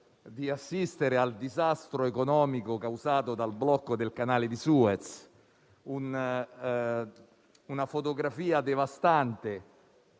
di assistere al disastro economico causato dal blocco del Canale di Suez. Abbiamo visto una fotografia devastante,